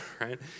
right